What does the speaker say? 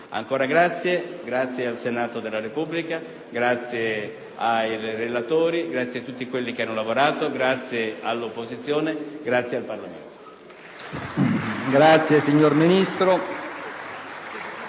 Ancora grazie al Senato della Repubblica, grazie al relatore e a tutti coloro che hanno lavorato, grazie all'opposizione, grazie all'intero Parlamento.